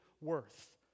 worth